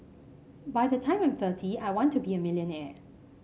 by the time I'm thirty I want to be a millionaire